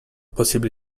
possibly